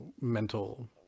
mental